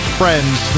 friends